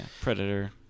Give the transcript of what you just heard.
Predator